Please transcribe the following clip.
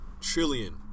Trillion